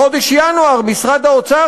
בחודש ינואר משרד האוצר,